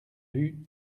vue